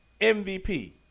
MVP